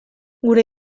gure